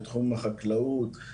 בתחום החקלאות,